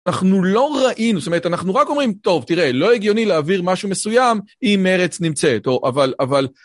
אנחנו לא ראינו, זאת אומרת, אנחנו רק אומרים, טוב, תראה, לא הגיוני להעביר משהו מסוים אם ארץ נמצאת, אבל...